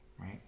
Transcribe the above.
right